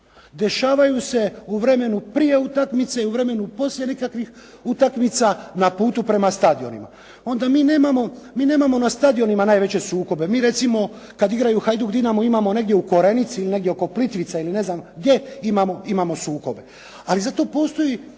Dešavaju se u vremenu prije utakmice i u vremenu poslije nekakvih utakmica na putu prema stadionima. Onda mi nemamo, mi nemamo na stadionima najveće sukobe. Mi recimo kad igraju Hajduk-Dinamo imamo negdje u Korenici ili negdje oko Plitvica ili ne znam gdje imamo sukobe. Ali zato postoje